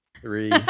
Three